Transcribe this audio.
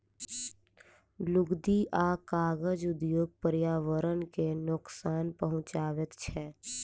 लुगदी आ कागज उद्योग पर्यावरण के नोकसान पहुँचाबैत छै